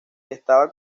estaba